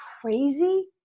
crazy